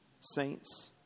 saints